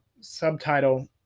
subtitle